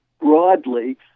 broadly